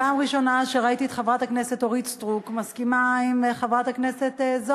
פעם ראשונה שראיתי את חברת הכנסת אורית